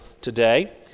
today